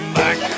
back